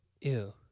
Ew